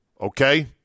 okay